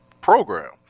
program